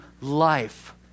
life